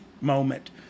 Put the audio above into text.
moment